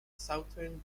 southern